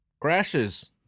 crashes